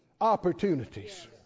opportunities